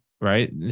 right